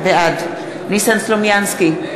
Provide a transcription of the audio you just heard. בעד ניסן סלומינסקי,